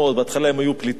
בהתחלה הם היו פליטים,